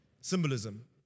symbolism